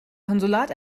konsulat